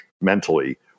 mentally